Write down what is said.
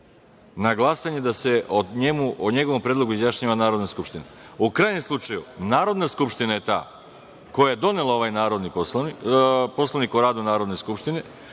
na glasanje da se o njegovom predlogu izjašnjava Narodna skupština.U krajnjem slučaju, Narodna skupština je ta koja je donela ovaj Poslovnik o radu Narodne skupštine.